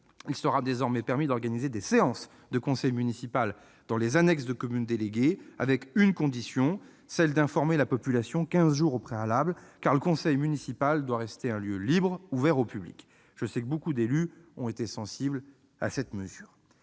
il sera désormais permis d'organiser des séances de conseil municipal dans les annexes de communes déléguées, avec une condition : celle d'informer la population quinze jours au préalable, car le conseil municipal doit rester un lieu libre, ouvert au public. Je sais que beaucoup d'élus ont été sensibles à cette mesure.